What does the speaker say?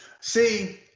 See